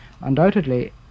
Undoubtedly